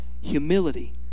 humility